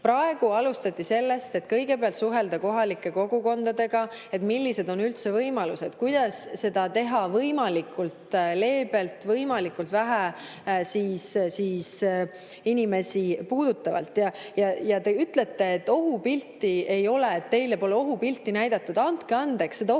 Praegu alustati sellest, et kõigepealt suhelda kohalike kogukondadega, millised on üldse võimalused, kuidas seda teha võimalikult leebelt, võimalikult vähe inimesi puudutavalt. Te ütlete, et ohupilti ei ole, teile pole ohupilti näidatud. Andke andeks, seda ohupilti